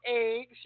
eggs